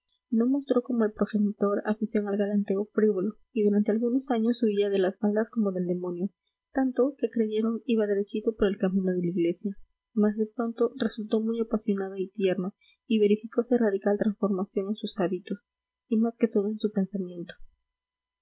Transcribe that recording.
no mostró como el progenitor afición al galanteo frívolo y durante algunos años huía de las faldas como del demonio tanto que creyeron iba derechito por el camino de la iglesia mas de pronto resultó muy apasionado y tierno y verificose radical transformación en sus hábitos y más que todo en su pensamiento